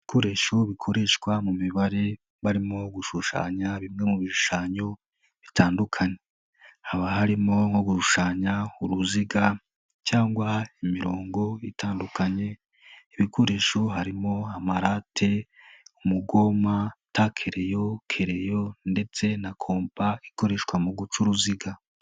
Ibikoresho bikoreshwa mu mibare, barimo gushushanya bimwe mu bishushanyo bitandukanye. Haba harimo nko gushushanya uruziga cyangwa imirongo itandukanye, ibikoresho harimo amarate, umugoma, takereyo, kerereyo ndetse na kompa ikoreshwa mu guca uruziga.